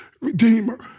Redeemer